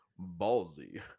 ballsy